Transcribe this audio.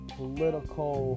political